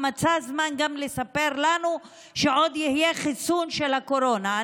הוא מצא זמן גם לספר לנו שעוד יהיה חיסון לקורונה.